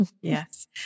Yes